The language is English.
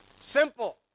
Simple